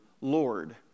Lord